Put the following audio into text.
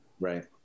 Right